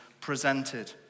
presented